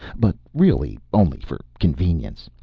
but really only for convenience.